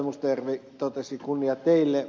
mustajärvi totesi kunnia teille